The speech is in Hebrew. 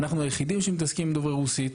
אנחנו היחידים שמתעסקים עם דוברי רוסית.